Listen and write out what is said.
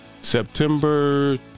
September